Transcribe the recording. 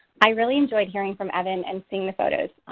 i really enjoyed hearing from evan and seeing the photos.